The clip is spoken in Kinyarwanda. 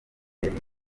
nyuma